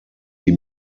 die